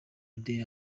today